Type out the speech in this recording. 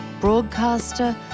broadcaster